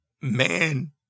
man